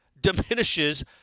diminishes